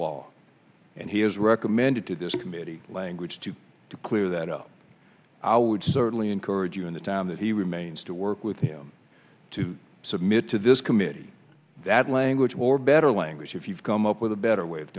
law and he has recommended to this committee language to clear that up i would certainly encourage you in the time that he remains to work with you to submit to this committee that language or better language if you've come up with a better way of